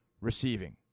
receiving